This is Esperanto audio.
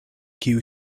kiu